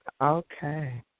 Okay